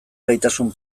gaitasun